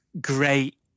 great